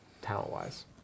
talent-wise